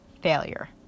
failure